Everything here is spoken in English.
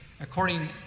according